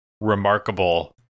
remarkable